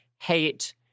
hate